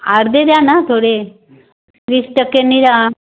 अर्धे द्या ना थोडे वीस टक्क्यांनी द्या